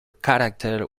character